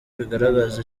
bigaragaza